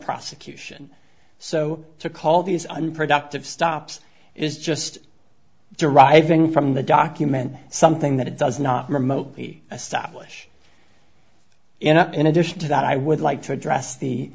prosecution so to call these unproductive stops is just deriving from the document something that it does not remotely establish and in addition to that i would like to address the